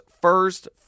first